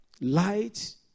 light